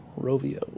Rovio